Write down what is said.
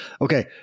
Okay